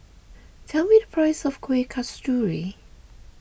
tell me the price of Kueh Kasturi